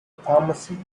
pharmacy